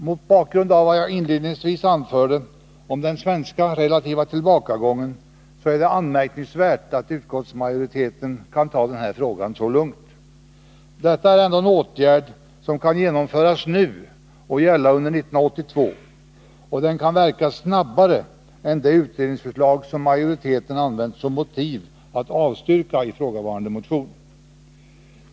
Mot bakgrund av vad jag inledningsvis anförde om den svenska relativa tillbakagången är det anmärkningsvärt att utskottsmajoriteten kan ta denna fråga så lugnt. Detta är ändå en åtgärd som kan genomföras nu att gälla under 1982, och den kan verka snabbare än det utredningsförslag som majoriteten använt som motiv för att avstyrka ifrågavarande motion.